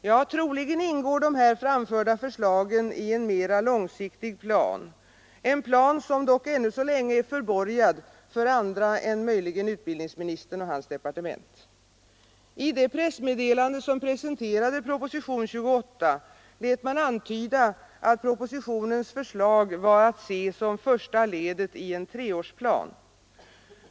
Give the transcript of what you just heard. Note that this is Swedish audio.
Ja, troligen ingår de här framförda förslagen i en mera långsiktig plan — en plan som dock ännu så länge är förborgad för andra än möjligen utbildningsministern och hans departement. I det pressmeddelande som presenterade propositionen 28 lät man antyda att propositionens förslag var att se som första ledet i en treårsplan.